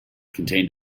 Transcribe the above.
contained